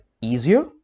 easier